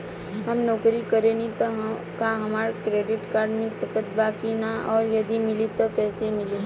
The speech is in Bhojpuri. हम नौकरी करेनी त का हमरा क्रेडिट कार्ड मिल सकत बा की न और यदि मिली त कैसे मिली?